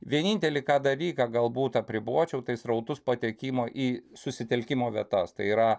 vienintelį dalyką galbūt apribočiau tai srautus patekimo į susitelkimo vietas tai yra